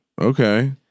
Okay